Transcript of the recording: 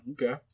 Okay